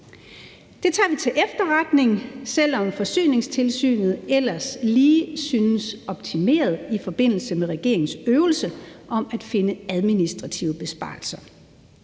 Det tager vi til efterretning, selv om Forsyningstilsynet ellers lige synes optimeret i forbindelse med regeringens øvelse om at finde administrative besparelser.